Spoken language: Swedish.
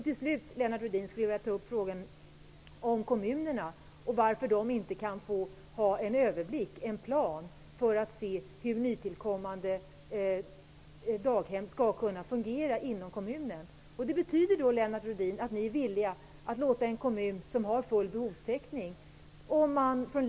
Till slut, Lennart Rohdin, vill jag ta upp frågan om kommunerna och varför de inte kan få ha en plan över hur nytillkommande daghem skall fungera inom kommunen. Betyder det, Lennart Rohdin, att ni är villiga att i en kommun som har full behovstäckning låta t.ex.